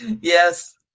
Yes